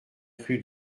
rue